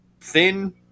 thin